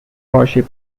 warship